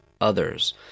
others